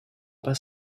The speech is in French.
pas